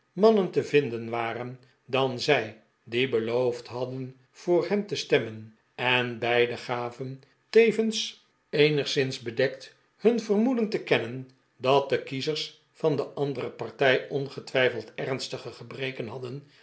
mannen te vinden waren dan zij die beloofd hadden voor hem te stemmen en beide gaven tevens eenigszins bedekt hun vermoeden te kennen dat de kiezers van de andere partij ongetwijfeld ernstige gebreken hadden